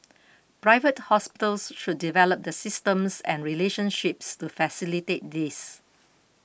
Private Hospitals should develop the systems and relationships to facilitate this